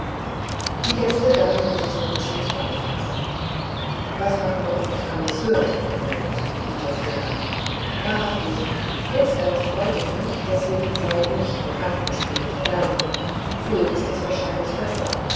die gäste gaben dem zirkelschmidt beifall was man doch nicht alles hört in der welt rief der fuhrmann wahrhaftig jetzt erst freut es mich daß wir die zeit nicht mit kartenspielen verderbten so ist es wahrlich besser